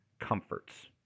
comforts